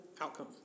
outcome